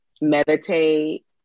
meditate